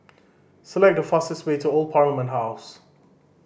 select the fastest way to Old Parliament House